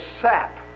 sap